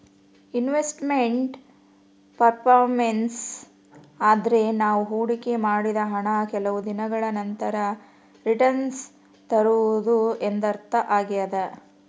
invest made performance ಅಂದ್ರೆ ನಾವು ಹೊಡಿಕೆ ಮಾಡಿದ ಹಣ ಕೆಲವು ದಿನಗಳ ನಂತರ ರಿಟನ್ಸ್ ತರುವುದು ಎಂದರ್ಥ ಆಗ್ಯಾದ